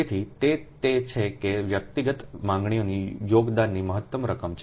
તેથી તે તે છે કે તે વ્યક્તિગત માંગણીઓના યોગદાનની મહત્તમ રકમ છે